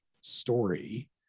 story